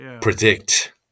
predict